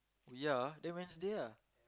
ya then Wednesday ah